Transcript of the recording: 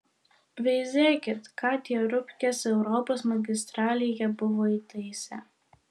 veizėkit ką tie rupkės europos magistralėje buvo įtaisę